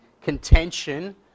contention